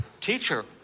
Teacher